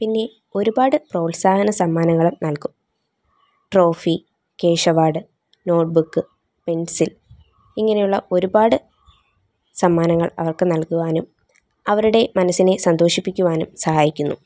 പിന്നെ ഒരുപാട് പ്രോത്സാഹന സമ്മാനങ്ങളും നൽകും trophy cash award notebook pencil ഇങ്ങനെയുള്ള ഒരുപാട് സമ്മാനങ്ങൾ അവർക്ക് നൽകുവാനും അവരുടെ മനസ്സിനെ സന്തോഷിപ്പിക്കുവാനും സഹായിക്കുന്നു